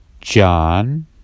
John